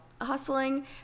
hustling